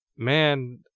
man